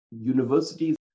universities